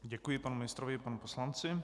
Děkuji panu ministrovi i panu poslanci.